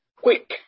Quick